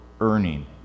earning